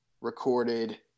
recorded